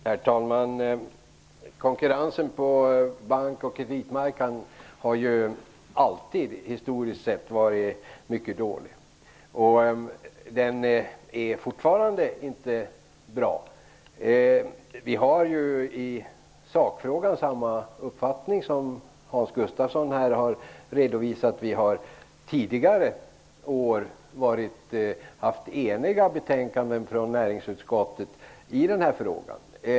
Herr talman! Konkurrensen på bank och kreditmarknaden har ju alltid, historiskt sett, varit mycket dålig. Den är fortfarande inte bra. Vi har samma uppfattning i sakfrågan som Hans Gustafsson har redovisat. Vi har tidigare år lagt fram eniga betänkanden från näringsutskottet i den här frågan.